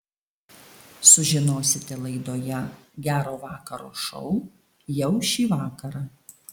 sužinosite laidoje gero vakaro šou jau šį vakarą